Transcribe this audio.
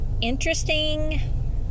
interesting